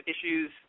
issues